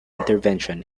intervention